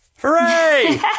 Hooray